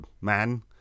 man